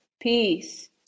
Peace